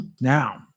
Now